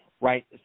right